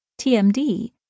TMD